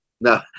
No